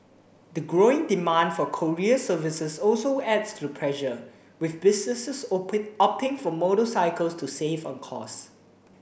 the growing demand for courier services also adds to the pressure with businesses opting for motorcycles to save on costs